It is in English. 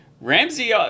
ramsey